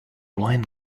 wine